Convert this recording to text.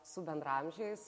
su bendraamžiais